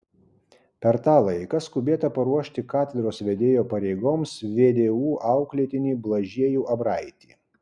per tą laiką skubėta paruošti katedros vedėjo pareigoms vdu auklėtinį blažiejų abraitį